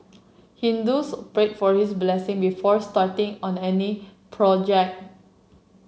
Hindus pray for his blessing before starting on any project